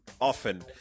often